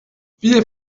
viele